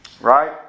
Right